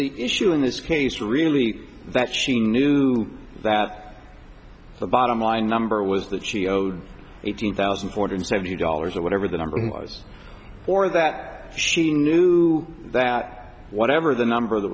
the issue in this case really that she knew that the bottom line number was that she owed eight hundred thousand four hundred seventy dollars or whatever the number was or that she knew that whatever the number that